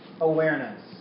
Awareness